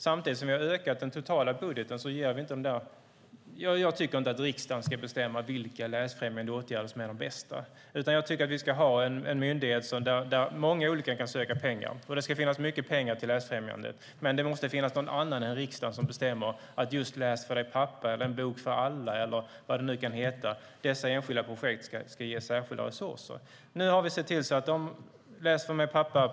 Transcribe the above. Samtidigt som vi har ökat den totala budgeten tycker jag inte att riksdagen ska bestämma vilka läsfrämjande åtgärder som är de bästa. Vi ska ha en myndighet hos vilken många kan söka pengar. Det ska finnas mycket pengar till läsfrämjande åtgärder, men det måste finnas någon annan än riksdagen som bestämmer att just "Läs för mej, pappa!" eller En bok för alla eller vad projekten kan heta ska ges särskilda resurser. Nu har vi sett till att "Läs för mej, pappa!